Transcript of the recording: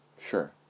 Sure